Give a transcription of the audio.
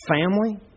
family